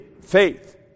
faith